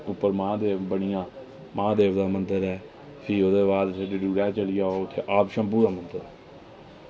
उप्पर महादेव बनेआ महादेव दा मंदर ऐ फ्ही तुस डडूरा चली जाओ उत्थै आप शंभु दा मंदर ऐ